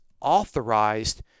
authorized